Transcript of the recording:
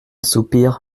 soupir